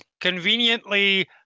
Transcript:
conveniently